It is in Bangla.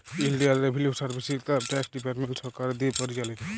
ইলডিয়াল revenue service income tax department সরকারের দিঁয়ে পরিচালিত